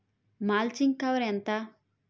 Mulching cover ఎంత?